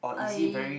I